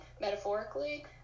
metaphorically